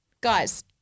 guys